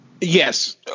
Yes